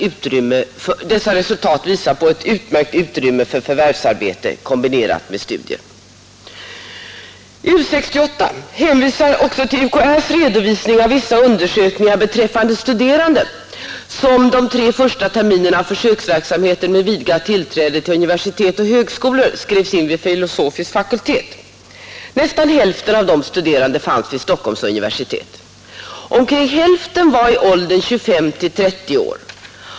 Dessa resultat visar på ett utmärkt utrymme för U 68 hänvisar också till UKÄ:s redovisning av vissa undersökningar beträffande studerande som under de tre första terminerna av försöksverksamheten med vidgat tillträde till universitet och högskolor skrevs in vid filosofisk fakultet. Nästan hälften av de studerande fanns vid Stockholms universitet. Omkring hälften var i åldern 25—30 år.